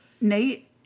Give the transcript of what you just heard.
Nate